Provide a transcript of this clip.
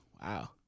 Wow